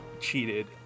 cheated